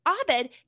Abed